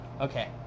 Okay